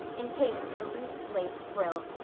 encased in a loose lace frill.